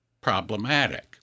problematic